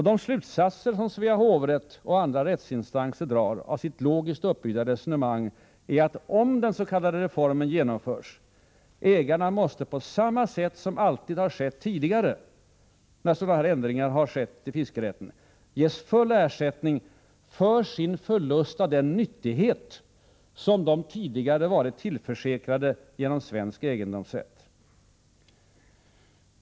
De slutsatser som Svea hovrätt och andra rättsinstanser drar av sitt logiskt uppbyggda resonemang är att om den s.k. reformen genomförs, ägarna måste, på samma sätt som alltid skett tidigare vid de olika tillfällen då ändringar i fiskerätten vidtagits, ges full ersättning för sin förlust av den nyttighet de tidigare varit tillförsäkrade genom svensk egendomsrätt.